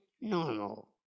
normal